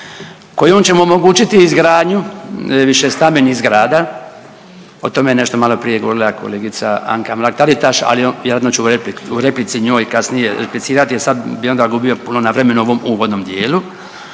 kojom ćemo omogućiti izgradnju višestambenih zgrada, o tome je nešto maloprije govorila kolegica Anka Mrak Taritaš, ali … u replici njoj kasnije replicirati jer sad bi onda gubio puno na vremenu u ovom uvodnom dijelu.